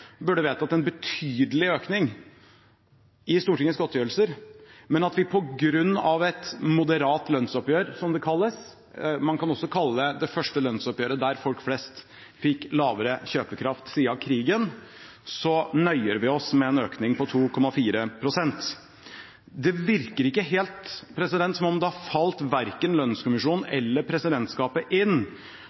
burde vedtatt en betydelig økning i Stortingets godtgjørelser, men at vi på grunn av et moderat lønnsoppgjør, som det kalles – man kan også kalle det det første lønnsoppgjøret der folk flest fikk lavere kjøpekraft siden krigen – nøyer oss med en økning på 2,4 pst. Det virker ikke helt som om det har falt verken lønnskommisjonen eller presidentskapet inn